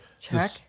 Check